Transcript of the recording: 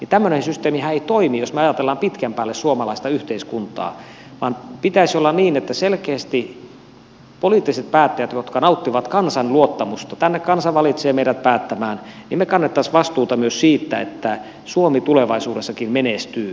tämmöinen systeemihän ei toimi jos me ajattelemme pitkän päälle suomalaista yhteiskuntaa vaan pitäisi olla niin että selkeästi me poliittiset päättäjät jotka nautimme kansan luottamusta tänne kansa valitsee meidät päättämään kantaisimme vastuuta myös siitä että suomi tulevaisuudessakin menestyy